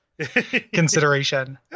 consideration